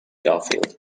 garfield